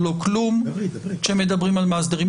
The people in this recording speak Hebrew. רבותיי, אני חושב שמדובר במהפכה חשובה.